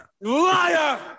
liar